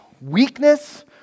weakness